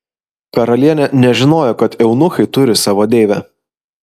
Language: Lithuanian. karalienė nežinojo kad eunuchai turi savo deivę